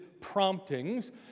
promptings